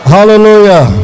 Hallelujah